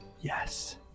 Yes